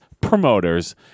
Promoters